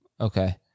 Okay